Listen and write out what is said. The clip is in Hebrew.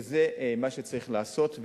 וזה מה שצריך לעשות,